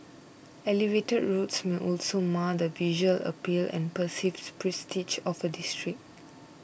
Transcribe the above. elevated roads may also mar the visual appeal and perceived prestige of a district